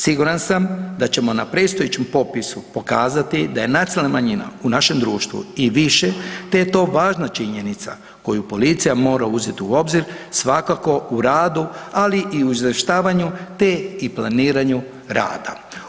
Siguran sam da ćemo na predstojećem popisu pokazati da je nacionalna manjina u našem društvu i više te je to važna činjenica koju policija mora uzeti u obzir svakako u radu, ali i u izvještavanju te i planiranju rada.